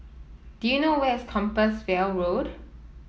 do you know where is Compassvale Road